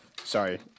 Sorry